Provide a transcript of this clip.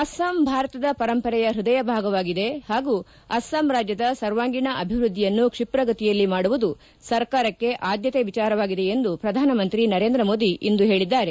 ಅಸ್ಪಾಂ ಭಾರತದ ಪರಂಪರೆಯ ಹ್ವದಯ ಭಾಗವಾಗಿದೆ ಹಾಗೂ ಅಸ್ಪಾಂ ರಾಜ್ಯದ ಸರ್ವಾಂಗೀಣ ಅಭಿವೃದ್ದಿಯನ್ನು ಕ್ಷಿಪ್ರಗತಿಯಲ್ಲಿ ಮಾಡುವುದು ಸರ್ಕಾರಕ್ಷೆ ಆದ್ಯತೆ ವಿಚಾರವಾಗಿದೆ ಎಂದು ಪ್ರಧಾನಮಂತ್ರಿ ನರೇಂದ್ರ ಮೋದಿ ಇಂದು ಹೇಳಿದ್ಲಾರೆ